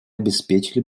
обеспечили